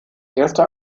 erster